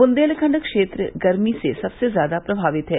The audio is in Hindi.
बन्देलखंड क्षेत्र गर्मी से सबसे ज्यादा प्रमावित है